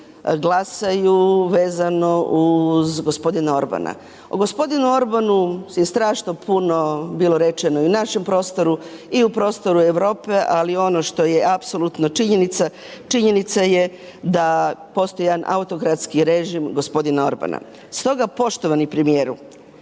glasaju vezano uz gospodina Orbana. O gospodinu Orbanu je strašno puno bilo rečeno na našem prostoru i u prostoru Europe ali ono što je apsolutno činjenica, činjenica je da postoji jedan autokratski režim gospodina Orbana. Stoga poštovani premijeru,